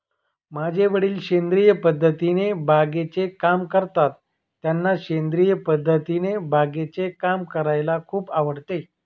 माझे वडील सेंद्रिय पद्धतीने बागेचे काम करतात, त्यांना सेंद्रिय पद्धतीने बागेचे काम करायला खूप आवडते